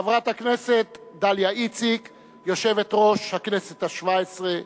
חברת הכנסת דליה איציק יושבת-ראש הכנסת השבע-עשרה,